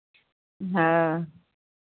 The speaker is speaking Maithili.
हँ